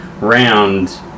round